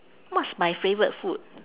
what's my favourite food